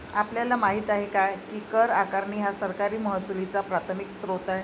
आपल्याला माहित आहे काय की कर आकारणी हा सरकारी महसुलाचा प्राथमिक स्त्रोत आहे